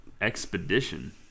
Expedition